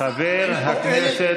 אני לא נכנסתי